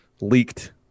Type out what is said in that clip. leaked